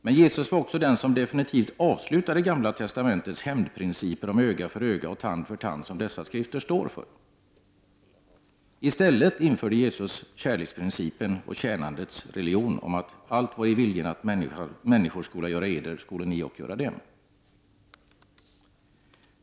Men Jesus var också den som definitivt avslutade Gamla testamentets hämndprinciper om öga för öga och tand för tand som dessa skrifter står för. I stället införde Jesus kärleksprincipens och tjänandets religion om att allt vad I viljen att människor skola göra Eder, skolen I ock göra dem.